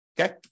okay